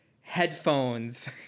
headphones